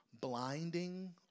blinding